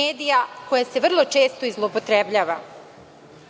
medija, koja se vrlo često i zloupotrebljava. Posebno